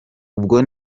ubwo